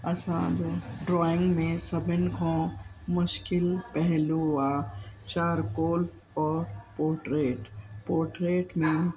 असांजो ड्रॉइंग में सभिनी खां मुश्किल पहलू आहे चारकॉल और पोट्रेट पोट्रेट में